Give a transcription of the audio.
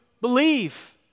believe